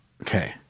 Okay